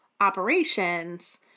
operations